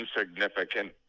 insignificant